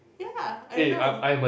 ya I know